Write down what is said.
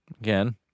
again